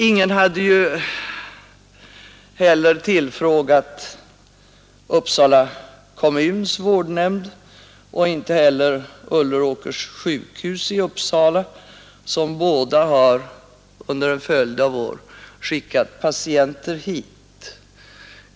Ingen hade ju heller tillfrågat Uppsala kommuns vårdnämnd eller Unlleråkers sjukhus i Uppsala, som båda under en följd av år har skickat patienter till vårdhemmet.